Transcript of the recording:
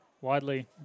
Widely